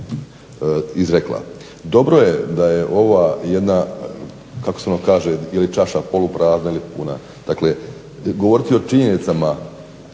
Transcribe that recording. Dobro je da je ova jedna kako se ono kaže je li čaša poluprazna ili puna, dakle govoriti o činjenicama